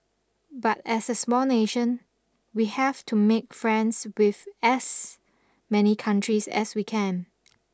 but as a small nation we have to make friends with as many countries as we can